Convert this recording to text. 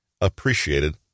appreciated